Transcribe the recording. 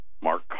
Mark